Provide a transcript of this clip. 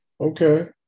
Okay